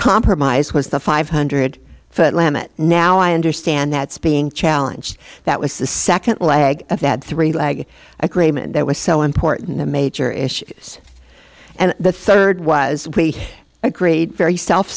compromise was the five hundred foot limit now i understand that's being challenged that was the second leg of that three legged agreement that was so important the major issues and the third was we agree very self